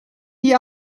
die